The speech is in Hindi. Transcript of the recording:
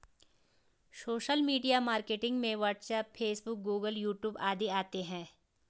सोशल मीडिया मार्केटिंग में WhatsApp Facebook Google YouTube आदि आते है